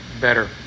better